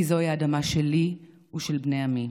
כי זוהי האדמה שלי ושל בני עמי,